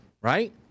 right